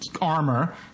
armor